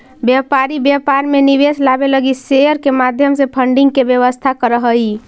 व्यापारी व्यापार में निवेश लावे लगी शेयर के माध्यम से फंडिंग के व्यवस्था करऽ हई